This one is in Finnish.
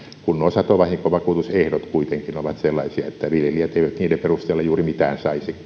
kun nuo satovahinkovakuutusehdot kuitenkin ovat sellaisia että viljelijät eivät niiden perusteella juuri mitään